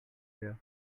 there